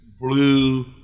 blue